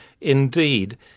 indeed